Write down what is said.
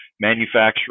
manufacturing